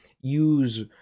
use